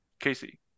Casey